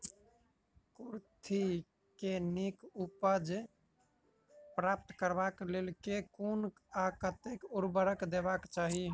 कुर्थी केँ नीक उपज प्राप्त करबाक लेल केँ कुन आ कतेक उर्वरक देबाक चाहि?